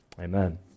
Amen